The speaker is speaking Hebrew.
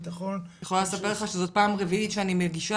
אני יכולה לספר לך שזאת פעם רביעית שאני מגישה